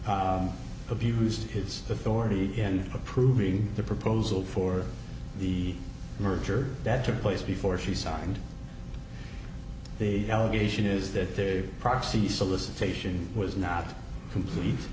board abused his authority in approving the proposal for the merger that took place before she signed the allegation is that their proxy solicitation was not complete